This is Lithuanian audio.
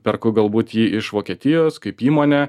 perku galbūt jį iš vokietijos kaip įmonė